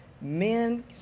Men